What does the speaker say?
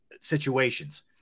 situations